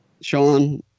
Sean